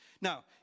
Now